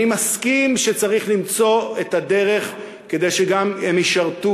אני מסכים שצריך למצוא את הדרך כדי שגם הם ישרתו,